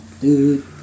dude